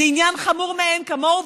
זה עניין חמור מאין כמוהו,